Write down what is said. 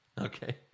Okay